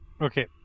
Okay